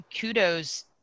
kudos